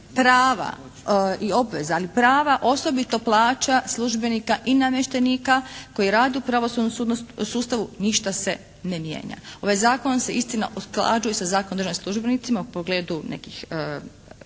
prava i obveza, ali prava osobito plaća službenika i namještenika koji rade u pravosudnom sustavu ništa se ne mijenja. Ovaj zakon se istina usklađuje sa Zakonom o državnim službenicima u pogledu nekih